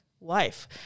Life